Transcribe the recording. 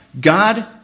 God